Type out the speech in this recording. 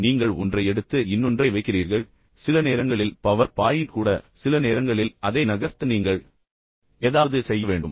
எனவே நீங்கள் ஒன்றை எடுத்து இன்னொன்றை வைக்கிறீர்கள் சில நேரங்களில் பவர் பாயிண்ட் கூட சில நேரங்களில் அதை நகர்த்த நீங்கள் ஏதாவது செய்ய வேண்டும்